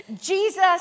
Jesus